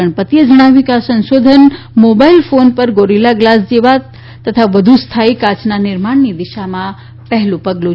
ગણપતિએ જણાવ્યું કે આ સંશોધન મોબાઈલ ફોન પર ગોરીલા ગ્લાસ જેવા તથા વધુ સ્થાયી કાયનાં નિર્માણની દીશામાં પહેલું પગલું છે